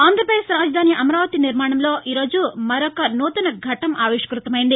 ఆంధ్రప్రదేశ్ రాజధాని అమరావతి నిర్మాణంలో ఈ రోజు మరొక నూతన ఘట్లం ఆవిష్ణుతమైంది